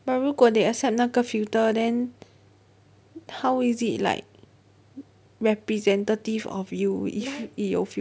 but 如果 they accept 那个 filter then how is it like representative of you if 有